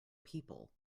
people